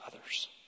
others